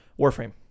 Warframe